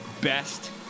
best